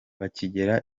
bakigera